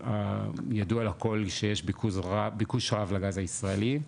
ידוע לכל שיש ביקוש רב לגז הישראלי,